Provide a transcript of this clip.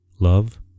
love